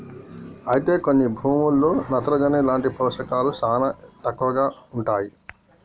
అయితే కొన్ని భూముల్లో నత్రజని లాంటి పోషకాలు శానా తక్కువగా ఉంటాయి